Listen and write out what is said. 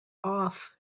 off